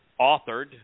authored